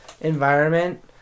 environment